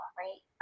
right